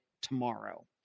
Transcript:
tomorrow